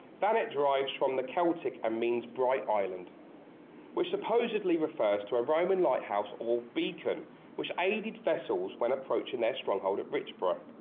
thanet derives from the celtic and ah means bright island which supposedly refers to a roman lighthouse or beacon which aided vessels when approaching their stronghold at richborough